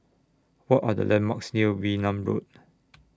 What Are The landmarks near Wee Nam Road